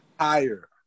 higher